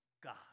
God